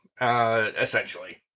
essentially